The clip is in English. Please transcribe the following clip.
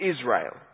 Israel